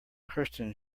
kirsten